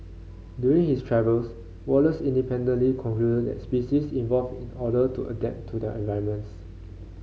during his travels Wallace independently concluded that species evolve in order to adapt to their environments